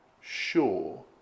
sure